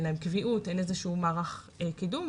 אין מערך קידום,